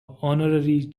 honorary